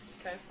Okay